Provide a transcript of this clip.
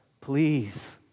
Please